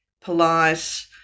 polite